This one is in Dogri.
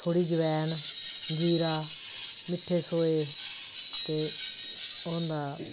थोह्ड़ी जवैन जीरा मिट्ठे सोए ते ओह् होंदा